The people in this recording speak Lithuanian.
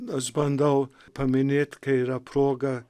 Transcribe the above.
aš bandau paminėt kai yra proga